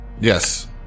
Yes